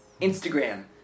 Instagram